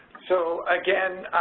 so, again,